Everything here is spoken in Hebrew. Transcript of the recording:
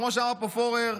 כמו שאמר פה פורר,